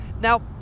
Now